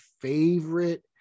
favorite